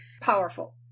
powerful